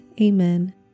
Amen